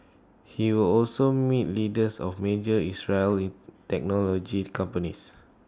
he will also meet leaders of major Israeli technology companies